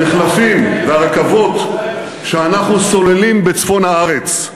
המחלפים והרכבות שאנחנו סוללים בצפון הארץ.